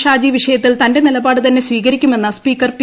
ഷാജി വിഷയത്തിൽ തന്റെ നിലപാട് തന്നെ സ്വീകരിക്കുമെന്ന് സ്പീക്കർ പി